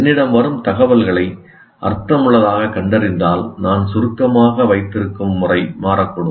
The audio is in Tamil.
என்னிடம் வரும் தகவல்களை அர்த்தமுள்ளதாகக் கண்டறிந்தால் நான் சுருக்கமாக வைத்திருக்கும் முறை மாறக்கூடும்